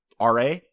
Ra